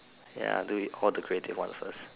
ya I'll do it all the creative ones first